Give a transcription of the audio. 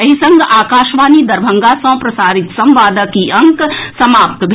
एहि संग आकाशवाणी दरभंगा सँ प्रसारित संवादक ई अंक समाप्त भेल